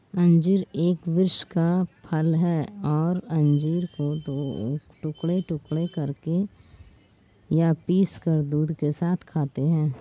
अंजीर एक वृक्ष का फल है और अंजीर को टुकड़े टुकड़े करके या पीसकर दूध के साथ खाते हैं